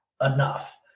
enough